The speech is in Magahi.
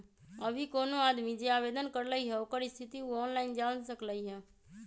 अभी कोनो आदमी जे आवेदन करलई ह ओकर स्थिति उ ऑनलाइन जान सकलई ह